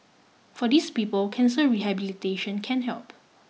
for these people cancer rehabilitation can help